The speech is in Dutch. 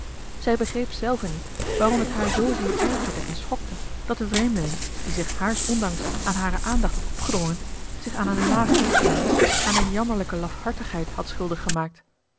zij begreep zelve niet waarom het haar zoozeer ergerde en schokte dat de vreemdeling die zich haars ondanks aan hare aandacht had opgedrongen zich aan een laag misdrijf aan eene jammerlijke lafhartigheid had schuldig gemaakt